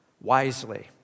wisely